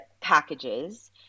packages